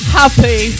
happy